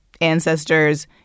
Ancestors